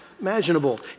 imaginable